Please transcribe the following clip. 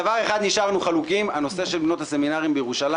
אבל על דבר אחד נשארנו חלוקים הנושא של בנות סמינרים בירושלים.